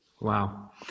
Wow